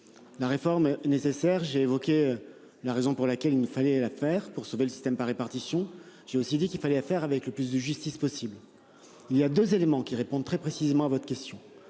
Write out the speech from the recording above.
La réforme est nécessaire. J'ai évoqué. La raison pour laquelle il fallait la faire pour sauver le système par répartition. J'ai aussi dit qu'il fallait faire avec le plus de justice possible. Il y a 2 éléments qui répondent très précisément à votre question.